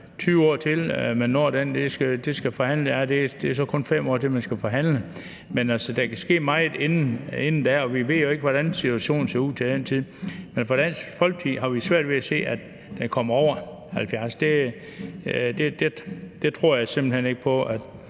20 år til, at man når dertil. Der er så kun 5 år til, at man skal forhandle det, men der kan ske meget inden da, og vi ved jo ikke, hvordan situationen ser ud til den tid. Men i Dansk Folkeparti har vi svært ved at se, at den kommer over 70 år. Jeg tror simpelt hen ikke på,